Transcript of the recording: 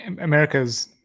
America's